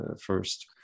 first